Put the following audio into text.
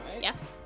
yes